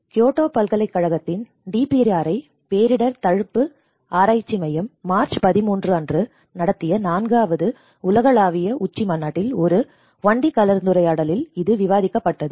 Kyoto பல்கலைக்கழகத்தின் DPRI பேரிடர் தடுப்பு ஆராய்ச்சி மையம் மார்ச் 13 அன்று நடத்திய நான்காவது உலகளாவிய உச்சிமாநாட்டில் ஒரு 1D கலந்துரையாடலில் இது விவாதிக்கப்பட்டது